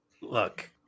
look